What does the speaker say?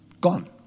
Gone